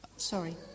Sorry